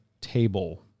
table